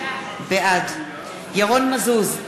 בעד ירון מזוז,